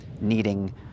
needing